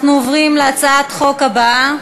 אנחנו עוברים להצעת החוק הבאה: